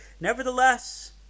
Nevertheless